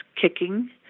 kicking